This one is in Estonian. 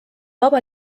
vaba